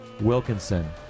Wilkinson